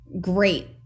great